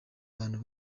abantu